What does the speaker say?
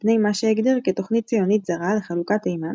מפני מה שהגדיר כ"תוכנית ציונית זרה לחלוקת תימן